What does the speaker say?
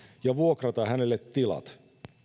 ja vuokrata hänelle tilat